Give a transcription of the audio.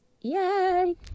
yay